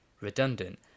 redundant